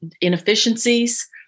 inefficiencies